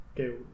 okay